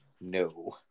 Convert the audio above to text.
No